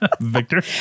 Victor